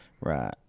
Right